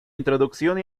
introducción